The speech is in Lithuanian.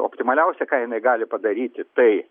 optimaliausia ką jinai gali padaryti tai